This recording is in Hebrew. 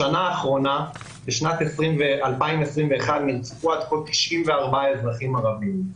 בשנה האחרונה נרצחו 94 אזרחים ערביים,